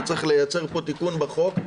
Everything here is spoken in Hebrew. וצריך לייצר פה תיקון בחוק.